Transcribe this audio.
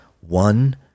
one